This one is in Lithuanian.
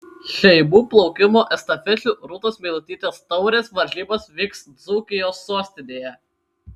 šeimų plaukimo estafečių rūtos meilutytės taurės varžybos vyks dzūkijos sostinėje